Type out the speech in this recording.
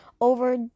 over